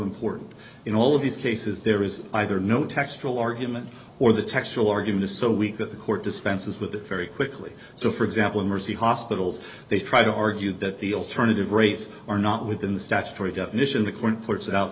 important in all of these cases there is either no textual argument or the textual argument is so weak that the court dispenses with very quickly so for example mercy hospitals they try to argue that the alternative rates are not within the statutory definition the current puts out